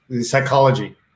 Psychology